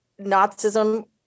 Nazism